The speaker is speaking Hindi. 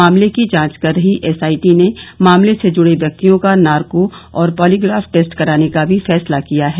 मामले की जांच कर रही एसआईटी ने मामले से जुड़े व्यक्तियों का नार्को और पॉलीग्राफ टेस्ट कराने का भी फैसला किया है